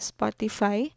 Spotify